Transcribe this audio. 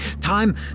Time